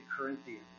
Corinthians